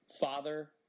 father